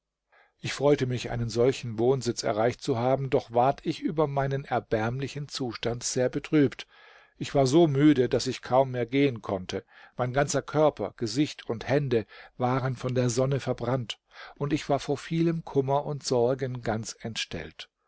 ich freute mich einen solchen wohnsitz erreicht zu haben doch ward ich über meinen erbärmlichen zustand sehr betrübt ich war so müde daß ich kaum mehr gehen konnte mein ganzer körper gesicht und hände waren von der sonne verbrannt und ich war vor vielem kummer und sorgen ganz entstellt